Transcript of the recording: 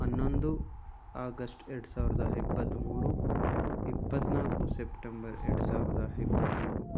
ಹನ್ನೊಂದು ಆಗಶ್ಟ್ ಎರಡು ಸಾವಿರ್ದ ಇಪ್ಪತ್ಮೂರು ಇಪ್ಪತ್ನಾಲ್ಕು ಸೆಪ್ಟೆಂಬರ್ ಎರಡು ಸಾವಿರ್ದ ಇಪ್ಪತ್ಮೂರು